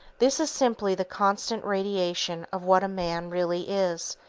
this is simply the constant radiation of what a man really is,